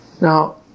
Now